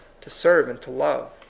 to serve and to love?